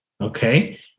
Okay